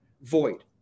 void